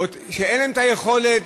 שאין להם היכולת,